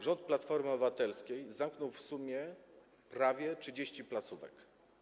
Rząd Platformy Obywatelskiej zamknął w sumie prawie 30 placówek.